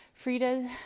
Frida